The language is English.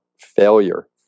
failure